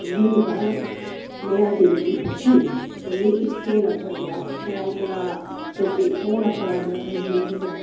ते मिगी पता नी लग्गा में हल्दी दित्ती फूकी ते मिगी इक्कै लफ्फड़ पेआ शैल करारा ते ओह् लफ्फड़ अज्ज तक्क नी में भुल्लेआ